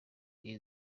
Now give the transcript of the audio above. iyi